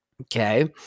Okay